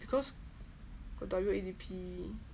because got W_A_D_P